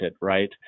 Right